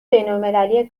بینالمللی